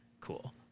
cool